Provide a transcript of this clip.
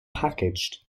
packaged